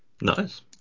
Nice